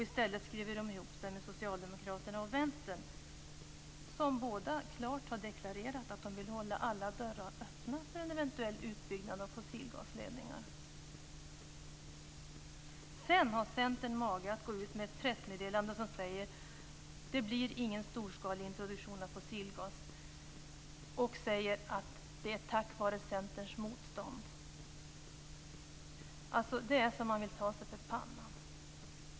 I stället skriver de ihop sig med Socialdemokraterna och Vänstern, som båda klart har deklarerat att de vill hålla alla dörrar öppna för en eventuell utbyggnad av fossilgasledningar. Sedan har Centern mage att gå ut med ett pressmeddelande som säger att det inte blir någon storskalig introduktion av fossilgas och att det är tack vare Centerns motstånd. Det är så att man vill ta sig för pannan.